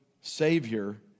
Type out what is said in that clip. savior